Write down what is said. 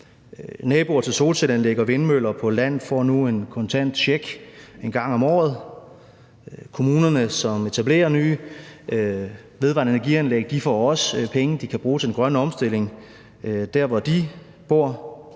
Naboer til solcelleanlæg og vindmøller på land får nu en kontant check en gang om året. Kommuner, som etablerer nye vedvarende energi-anlæg, får også penge, de kan bruge til den grønne omstilling der, hvor de bor.